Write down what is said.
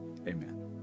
Amen